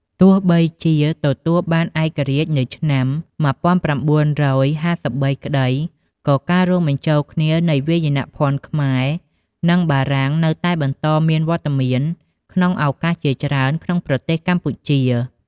ទោះបីជាទទួលបានឯករាជ្យនៅឆ្នាំ ១៩៥៣ក្ដី ក៏ការរួមបញ្ចូលគ្នានៃវាយនភ័ណ្ឌខ្មែរ និងបារាំងនៅតែបន្តមានវត្តមានក្នុងឱកាសជាច្រើនក្នុងប្រទេសកម្ពុជា។